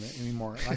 anymore